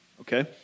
okay